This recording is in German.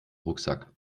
rucksack